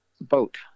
boat